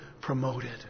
promoted